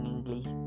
English